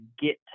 get